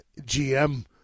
GM